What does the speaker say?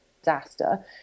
disaster